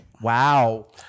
Wow